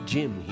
Jim